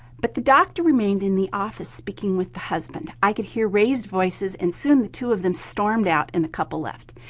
but the doctor remained in the office speaking with the husband. i could hear raised voices and soon the two of them stormed out, and the couple left.